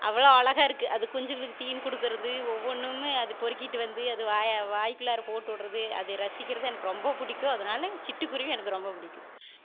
அவ்வளோ அழகாக இருக்குது அது குஞ்சுகளுக்கு தீனி கொடுக்கறது ஒவ்வொன்றுமே அது பொறுக்கிட்டு வந்து அது வாயை வாய்க்குள்ளாற போட்டுவிட்றது அது ரசிக்கிறது எனக்கு ரொம்ப பிடிக்கும் அதனால் சிட்டு குருவி எனக்கு ரொம்ப பிடிக்கும்